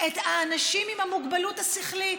את האנשים עם המוגבלות השכלית.